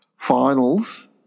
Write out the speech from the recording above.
finals